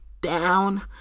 down